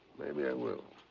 maybe i will.